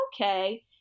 Okay